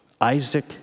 Isaac